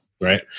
right